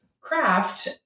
craft